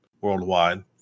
worldwide